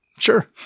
Sure